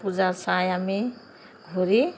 পূজা চাই আমি ঘূৰি